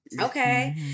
okay